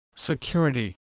Security